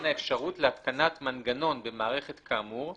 האפשרות להתקנת מנגנון במערכת כאמור,